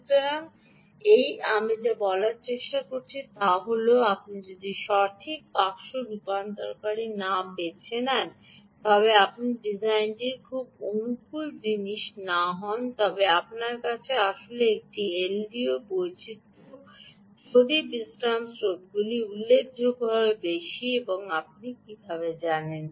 সুতরাং এই আমি যা বলার চেষ্টা করছি তা হল আপনি যদি সঠিক বাক্স রূপান্তরকারী না বেছে নেন বা আপনি ডিজাইনটি খুব অনুকূল জিনিস না হন তবে আপনার কাছে আসলে একটি এলডিওর বৈচিত্র্য হবে যদি বিশ্রাম স্রোতগুলি উল্লেখযোগ্যভাবে বেশি এবং আপনি কীভাবে জানেন